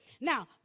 Now